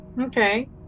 Okay